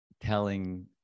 telling